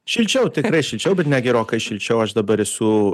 šilčiau tikrai šilčiau bet ne gerokai šilčiau aš dabar esu